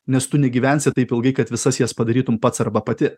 nes tu negyvensi taip ilgai kad visas jas padarytum pats arba pati